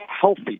healthy